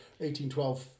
1812